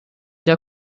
der